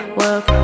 work